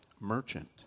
merchant